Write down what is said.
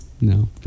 no